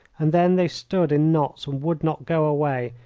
and then they stood in knots and would not go away,